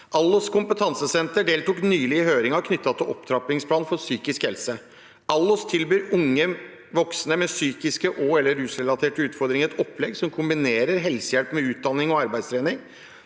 Allos Kompetansesenter deltok nylig i høringen om opptrappingsplan for psykisk helse. Allos tilbyr unge voksne med psykiske og/eller rusrelaterte utfordringer et opplegg som kombinerer helsehjelp med utdanning og arbeidstrening.